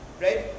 right